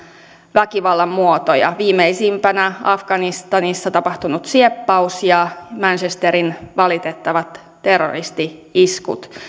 väkivallan muotoja viimeisimpänä afganistanissa tapahtunut sieppaus ja manchesterin valitettavat terroristi iskut